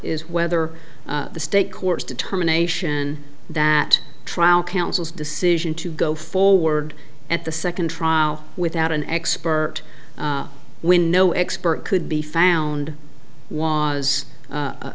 is whether the state courts determination that trial council's decision to go forward at the second trial without an expert when no expert could be found was